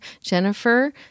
Jennifer